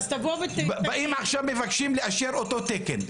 באים עכשיו, מבקשים לאשר אותו תקן.